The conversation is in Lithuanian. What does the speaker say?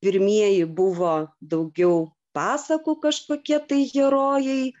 pirmieji buvo daugiau pasakų kažkokie tai herojai